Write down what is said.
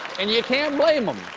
and you can't blame them.